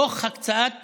תוך הקצאת משאבים.